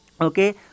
okay